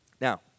Now